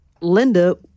Linda